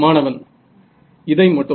மாணவன் இதை மட்டும்